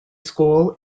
school